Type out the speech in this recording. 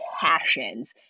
passions